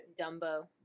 Dumbo